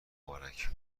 مبارک